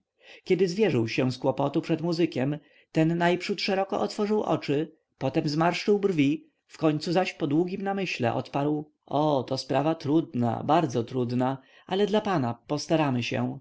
kiedy zwierzył się z kłopotu przed muzykiem ten najprzód szeroko otworzył oczy potem zmarszczył brwi w końcu zaś po długim namyśle odparł o to sprawa trudna bardzo trudna ale dla pana postaramy się